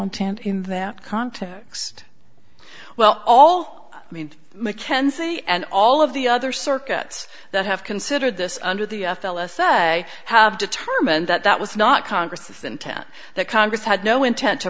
intent in that context well all i mean mackenzie and all of the other circuits that have considered this under the fella said i have determined that that was not congress intent that congress had no intent to